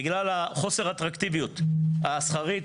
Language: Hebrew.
בגלל חוסר האטרקטיביות השכרית.